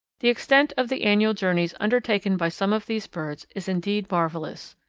the extent of the annual journeys undertaken by some of these birds is indeed marvellous.